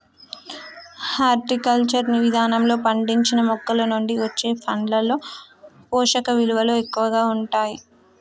horticulture విధానంలో పండించిన మొక్కలనుండి వచ్చే పండ్లలో పోషకవిలువలు ఎక్కువగా ఉంటాయి